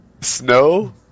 Snow